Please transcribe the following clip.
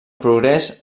progrés